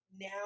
now